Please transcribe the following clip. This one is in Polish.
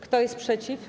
Kto jest przeciw?